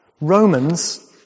Romans